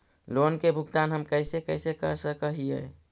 Loan के भुगतान हम कैसे कैसे कर सक हिय?